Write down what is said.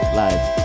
live